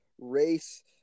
race